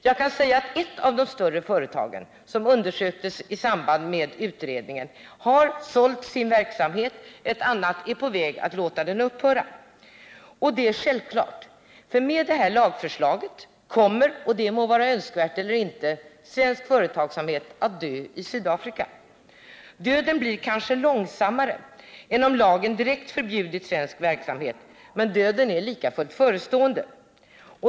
Jag kan säga att ett av de större företagen som undersöktes i samband med utredningen har sålt sin verksamhet. Ett annat är på väg att låta den upphöra. Och detta är självklart, för med det här lagförslaget kommer — och det må vara önskvärt eller inte — svensk företagsamhet att dö i Sydafrika. Döden blir kanske långsammare än om lagen direkt förbjudit svensk verksamhet, men döden är likafullt förestående.